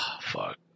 fuck